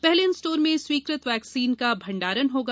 पहले इन स्टोर में स्वीकृत वैक्सीन का भंडारण होगा